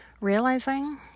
realizing